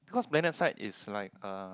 because PlanetSide is like uh